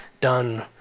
done